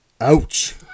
ouch